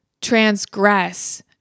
transgress